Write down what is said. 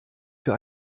für